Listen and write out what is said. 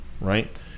right